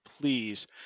please